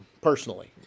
personally